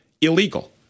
illegal